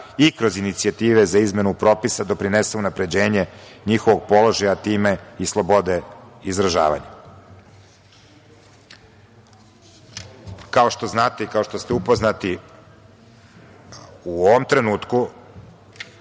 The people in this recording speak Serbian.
i kroz inicijative za izmenu propisa doprinese unapređenje njihovog položaja, time i slobode izražavanja. Kao što znate i kao što ste upoznati, u ovom trenutku